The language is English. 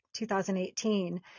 2018